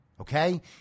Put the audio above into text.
Okay